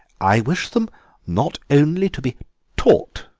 i wish them not only to be taught,